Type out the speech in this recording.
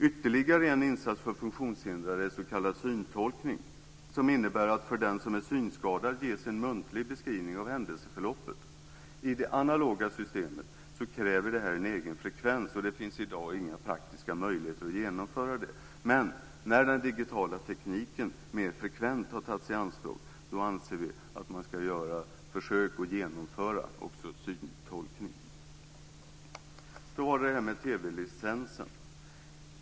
Ytterligare en insats för funktionshindrade är s.k. syntolkning som innebär att det ges en muntlig beskrivning av händelseförloppet för den som är synskadad. I det analoga systemet kräver det en egen frekvens, och det finns i dag inga praktiska möjligheter att genomföra det. Men när den digitala tekniken mer frekvent har tagits i anspråk anser vi att man ska göra försök och också genomföra syntolkning. Sedan gäller det TV-licensen.